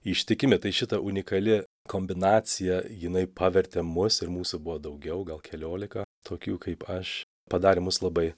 ištikimi tai šita unikali kombinacija jinai pavertė mus ir mūsų buvo daugiau gal keliolika tokių kaip aš padarė mus labai